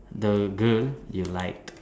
the girl you liked